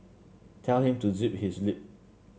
tell him to zip his lip